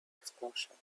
explosion